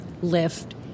lift